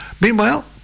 Meanwhile